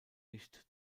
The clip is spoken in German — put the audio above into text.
nicht